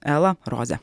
ela roze